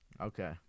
Okay